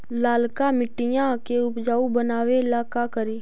लालका मिट्टियां के उपजाऊ बनावे ला का करी?